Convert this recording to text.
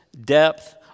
depth